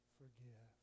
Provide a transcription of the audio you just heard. forgive